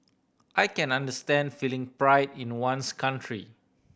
I can understand feeling pride in one's country